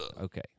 okay